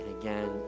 again